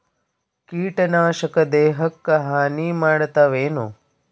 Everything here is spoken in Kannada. ಕೀಟನಾಶಕ ದೇಹಕ್ಕ ಹಾನಿ ಮಾಡತವೇನು?